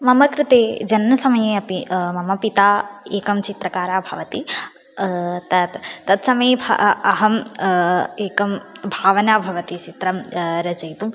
मम कृते जन्म समये अपि मम पिता एकं चित्रकारः भवति तत् तत्समये अहम् एकं भावना भवति चित्रं रचयितुं